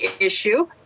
issue